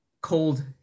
cold